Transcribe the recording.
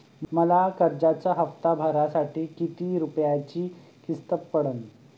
मले कर्जाचा हप्ता भरासाठी किती रूपयाची किस्त पडन?